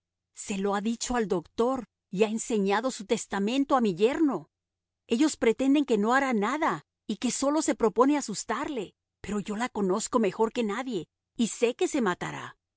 se lo ha dicho al doctor y ha enseñado su testamento a mi yerno ellos pretenden que no hará nada y que sólo se propone asustarle pero yo la conozco mejor que nadie y sé que se matará